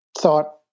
thought